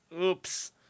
Oops